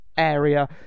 area